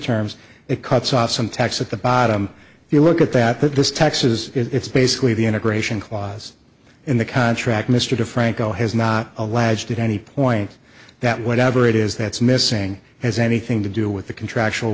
terms it cuts off some tax at the bottom if you look at that that this taxes it's basically the integration clause in the contract mr de franco has not alleged at any point that whatever it is that's missing has anything to do with the contractual